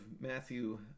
Matthew